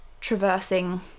traversing